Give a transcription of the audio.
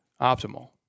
optimal